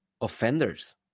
offenders